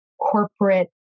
corporate